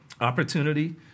opportunity